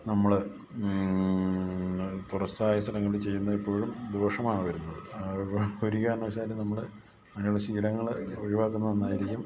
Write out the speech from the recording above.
നമ്മൾ തുറസ്സായ സ്ഥലങ്ങളിൽ ചെയ്യുന്നത് എപ്പോഴും ദോഷമാണ് വരുന്നത് ഒരു കാരണവശാലും നമ്മൾ അങ്ങനെയുള്ള ശീലങ്ങൾ ഒഴിവാക്കുന്നത് നന്നായിരിക്കും